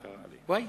וואי.